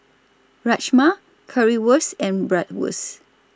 Rajma Currywurst and Bratwurst